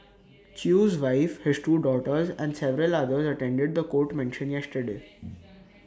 chew's wife his two daughters and several others attended The Court mention yesterday